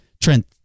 Trent